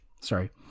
sorry